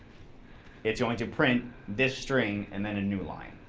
it's going to print this string and then a new line.